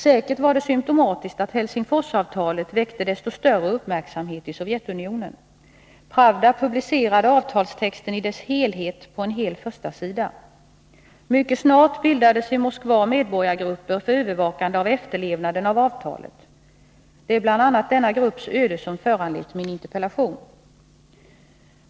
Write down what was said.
Säkert var det symtomatiskt att Helsingforsavtalet väckte desto större uppmärksamhet i Sovjetunionen. Pravda publicerade avtalstexten i dess helhet på en hel förstasida. Mycket snart bildades i Moskva medborgargruppen för övervakande av efterlevnaden av avtalet. Det är bl.a. denna grupps öde som föranlett min interpellation.